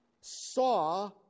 saw